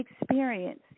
experience